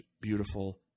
beautiful